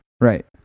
Right